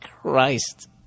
Christ